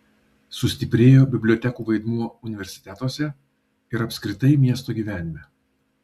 sustiprėjo bibliotekų vaidmuo universitetuose ir apskritai miesto gyvenime